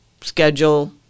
schedule